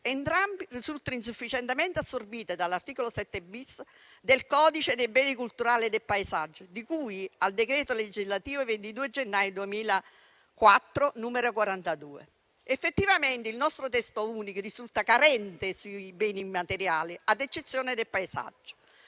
Entrambe risultano insufficientemente assorbite dall'articolo 7-*bis* del codice dei beni culturali e del paesaggio, di cui al decreto legislativo 22 gennaio 2004, n. 42. Effettivamente il nostro testo unico risulta carente sui beni immateriali, ad eccezione del paesaggio.